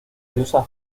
diosa